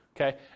Okay